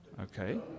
Okay